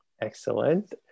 excellent